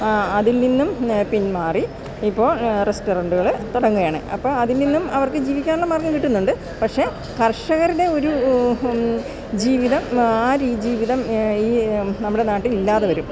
അതിൽ നിന്നും പിന്മാറി ഇപ്പോൾ റസ്റ്റോറൻറ്റ്കൾ തുടങ്ങുകയാണ് അപ്പം അതിൽ നിന്നും അവർക്ക് ജീവിക്കാനുള്ള മാർഗ്ഗം കിട്ടുന്നുണ്ട് പക്ഷേ കർഷകരുടെ ഒരു ജീവിതം ആ ജീവിതം ഈ നമ്മുടെ നാട്ടിൽ ഇല്ലാതെ വരും